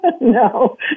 No